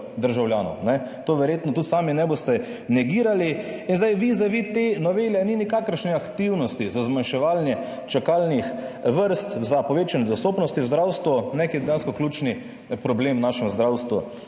državljanov. Tega verjetno tudi sami ne boste negirali. Vizavi te novele ni nikakršne aktivnosti za zmanjševanje čakalnih vrst, za povečanje dostopnosti v zdravstvu, ki je dejansko ključni problem v našem zdravstvu.